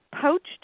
poached